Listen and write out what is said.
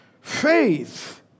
Faith